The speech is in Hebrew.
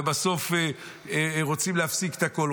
ובסוף רוצים להפסיק את הכול,